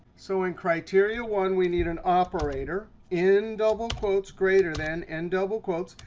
so in criteria one, we need an operator, in double quotes, greater than, end double quotes.